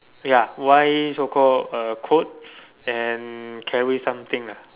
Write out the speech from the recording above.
ya white so called clothes and carry something ah